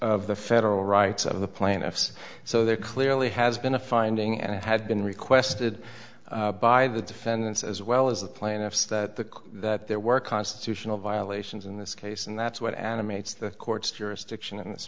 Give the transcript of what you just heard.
of the federal rights of the plaintiffs so there clearly has been a finding and it had been requested by the defendants as well as the plaintiffs that the that there were constitutional violations in this case and that's what animates the court's jurisdiction